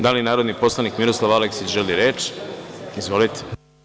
Da li narodni poslanik Miroslav Aleksić želi reč? (Da.) Izvolite.